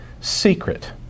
secret